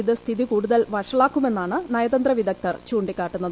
ഇത് സ്ഥിതി കൂടുതൽ വഷളാക്കുമെന്നാണ് നയതന്ത്ര വിദഗ്ധർ ചൂണ്ടികാട്ടുന്നത്